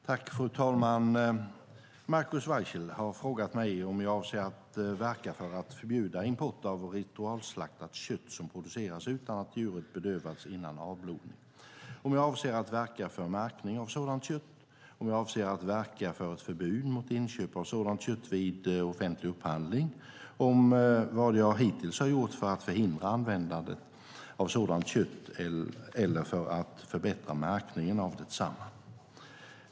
Fru talman! Markus Wiechel har frågat mig om jag avser att verka för att förbjuda import av ritualslaktat kött som producerats utan att djuret bedövats innan avblodning, om jag avser att verka för märkning av sådant kött, om jag avser att verka för ett förbud mot inköp av sådant kött vid offentlig upphandling och om vad jag hittills har gjort för att förhindra användandet av sådant kött eller för att förbättra märkningen av detsamma.